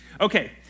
Okay